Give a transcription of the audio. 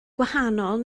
gwahanol